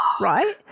right